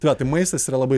tai va tai maistas yra labai